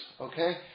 Okay